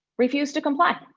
refused to comply.